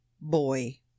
boy